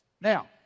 Now